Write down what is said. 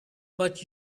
but